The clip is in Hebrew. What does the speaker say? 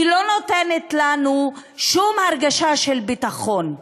היא לא נותנת לנו שום הרגשה של ביטחון,